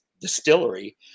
distillery